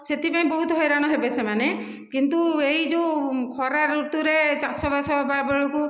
ସେଇଥିପାଇଁ ବହୁତ ହଇରାଣ ହେବେ ସେମାନେ କିନ୍ତୁ ଏଇ ଯେଉଁ ଖରା ଋତୁରେ ଚାଷ ବାସ ହେବା ବେଳକୁ